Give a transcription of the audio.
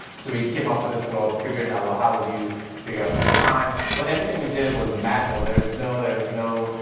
so we came up with this, we were all figuring out, well, how would you figure out the time. but everything we did was manual, there was no, there was no,